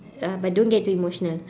uh but don't get too emotional